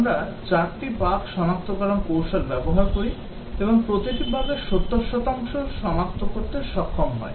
আমরা 4 টি বাগ সনাক্তকরণ কৌশল ব্যবহার করি এবং প্রতিটি বাগের 70 শতাংশ সনাক্ত করতে সক্ষম হয়